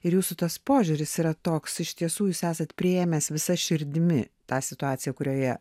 ir jūsų tas požiūris yra toks iš tiesų jūs esat priėmęs visa širdimi tą situaciją kurioje